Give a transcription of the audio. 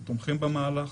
תומכים במהלך.